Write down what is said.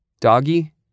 Doggy